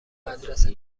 مدرسه